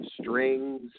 strings